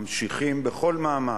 ממשיכים בכל מאמץ,